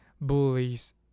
bullies